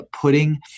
putting